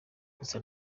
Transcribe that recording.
gusa